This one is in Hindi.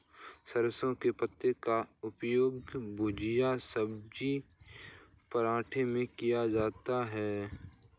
सरसों के पत्ते का उपयोग भुजिया सब्जी पराठे में किया जाता है